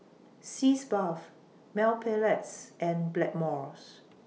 Sitz Bath Mepilex and Blackmores